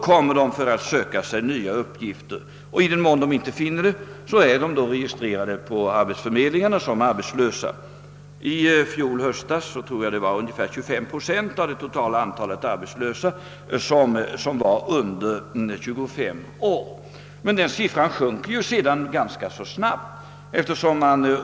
I den mån de nu inte finner nya arbetsuppgifter blir de registrerade på arbetsförmedlingarna som arbetslösa. I fjol höst var ungefär 25 procent av det totala antalet arbetslösa under 25 år, men siffran sjönk sedan ganska: snabbt.